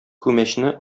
күмәчне